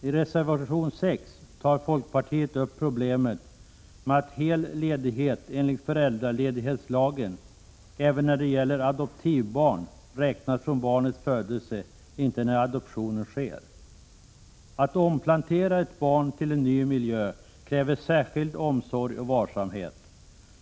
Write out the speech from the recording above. I reservation 6 tar folkpartiet upp problemet med att hel ledighet enligt föräldraledighetslagen även när det gäller adoptivbarn räknas från barnets födelse och inte från tidpunkten för adoptionen. Att omplantera ett barn till en ny miljö kräver särskild omsorg och varsamhet.